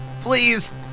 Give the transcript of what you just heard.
Please